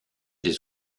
des